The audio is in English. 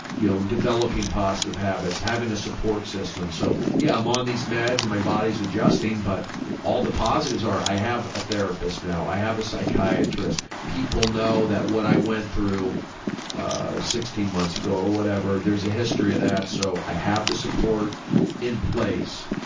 you know, developing positive habits, having a support system. so, yeah, i'm on these meds, and my body's adjusting but all the positives are i have a therapist now, i have a psychiatrist, people know that what i went through sixteen months ago or whatever, there's a history of that, so i have the support in place.